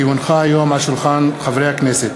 כי הונחו היום על שולחן הכנסת,